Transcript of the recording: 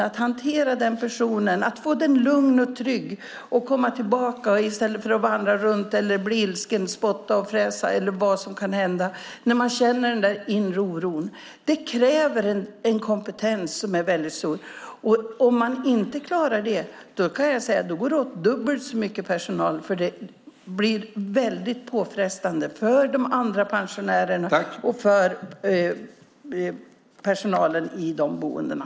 Att hantera den personen och få den lugn och trygg och att få den att komma tillbaka i stället för att vandra runt eller att bli ilsken, spotta och fräsa, eller vad som nu kan hända när han eller hon känner inre oro, kräver en kompetens som är väldigt stor. Om man inte har den kommer det att gå åt dubbelt så mycket personal, för det blir väldigt påfrestande för de andra pensionärerna och för personalen i boendena.